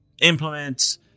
implement